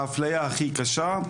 מהאפליה הכי קשה.